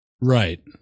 Right